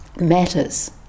matters